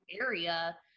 area